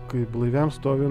kai blaiviam stovy